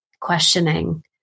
questioning